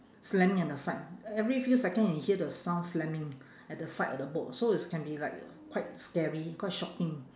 slamming at the side every few second you hear the sound slamming at the side of the boat so is can be like quite scary quite shocking